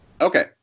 Okay